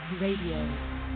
Radio